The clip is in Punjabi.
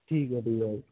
ਠੀਕ ਹੈ ਠੀਕ ਹੈ